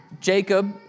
Jacob